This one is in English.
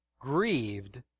grieved